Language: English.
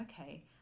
okay